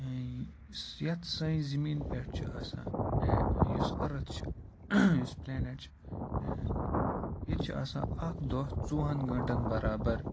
یِتھ سانہِ زٔمینہِ پٮ۪ٹھ چھِ آسان یُس أرتھ چھِ یُس پٕلینیٚٹ چھِ ییٚتہِ چھِ آسان اَکھ دۄہ ژۄوُہن گٲنٹَن بَرابَر